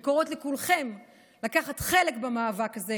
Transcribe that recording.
ואני קוראת לכולכם לקחת חלק במאבק הזה,